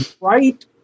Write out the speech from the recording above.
right